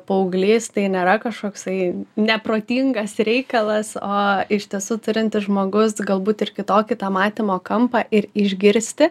paauglys tai nėra kažkoksai neprotingas reikalas o iš tiesų turintis žmogus galbūt ir kitokį tą matymo kampą ir išgirsti